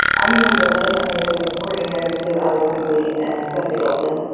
i'm in the villas. i'm living with courtney vandersloot, allie quigley, and stefanie dolson.